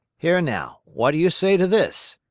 here, now, what do you say to this?